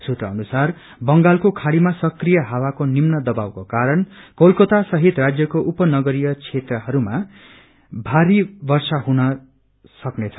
सुत्र अनुसार बंगालको खाड़ीमा सक्रिय हावाको निम्न दवाबको कारण कोलकाता सहित राज्यको उप नगरीय जिल्लाहरूमा भारी वर्षा हुन सक्नेछ